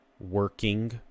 working